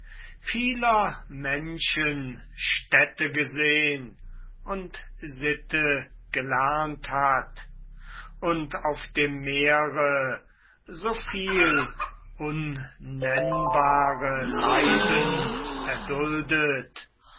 vieler menschen städte gesehn und sitte gelernt hat und auf dem meere so viel unnennbare leiden erduldet